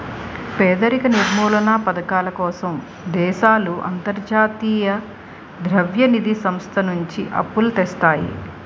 పేదరిక నిర్మూలనా పధకాల కోసం దేశాలు అంతర్జాతీయ ద్రవ్య నిధి సంస్థ నుంచి అప్పులు తెస్తాయి